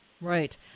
Right